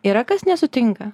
yra kas nesutinka